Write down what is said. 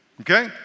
Okay